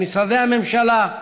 למשרדי הממשלה,